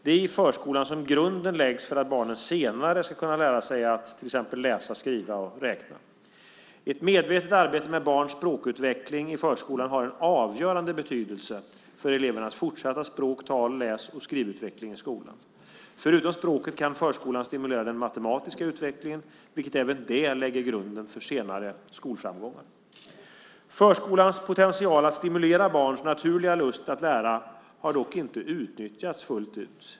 Det är i förskolan som grunden läggs för att barnet senare ska kunna lära sig att läsa, räkna och skriva. Ett medvetet arbete med barns språkutveckling i förskolan har en avgörande betydelse för elevernas fortsatta språk-, tal-, läs och skrivutveckling i skolan. Förutom språket kan förskolan stimulera den matematiska utvecklingen, vilket även det lägger grunden för senare skolframgångar. Förskolans potential att stimulera barns naturliga lust att lära har dock inte utnyttjats fullt ut.